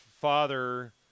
father